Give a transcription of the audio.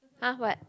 !huh! what